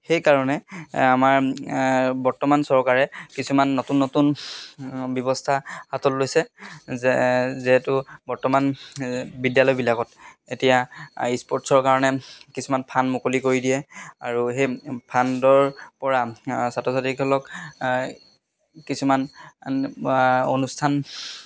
সেইকাৰণে আমাৰ বৰ্তমান চৰকাৰে কিছুমান নতুন নতুন ব্যৱস্থা হাতত লৈছে যে যিহেতু বৰ্তমান বিদ্যালয়বিলাকত এতিয়া ইস্পৰ্টছৰ কাৰণে কিছুমান ফাণ্ড মুকলি কৰি দিয়ে আৰু সেই ফাণ্ডৰ পৰা ছাত্ৰ ছাত্ৰীসকলক কিছুমান অনুষ্ঠান